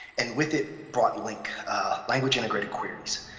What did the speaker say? and with it brought link language integrated queries.